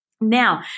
Now